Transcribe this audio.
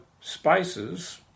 spices